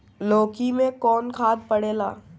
लौकी में कौन खाद पड़ेला?